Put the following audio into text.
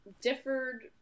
differed